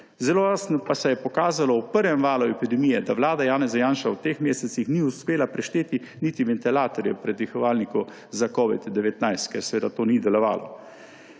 Zelo jasno pa se je pokazalo v prvem valu epidemije, da vlada Janeza Janše v treh mesecih ni uspela prešteti niti ventilatorjev, predihovalnikov za covid-19, ker seveda to ni delovalo.